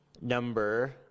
number